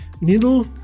needle